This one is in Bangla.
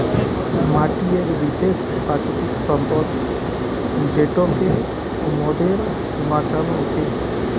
মাটি এক বিশেষ প্রাকৃতিক সম্পদ যেটোকে মোদের বাঁচানো উচিত